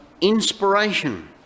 inspiration